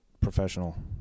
professional